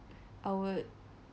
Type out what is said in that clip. I would